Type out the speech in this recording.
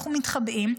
אנחנו מתחבאים,